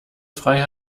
frei